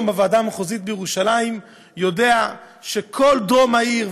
בוועדה המחוזית בירושלים יודע שכל דרום העיר,